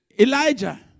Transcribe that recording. Elijah